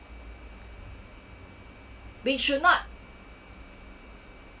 we should not